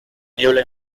niebla